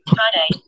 Friday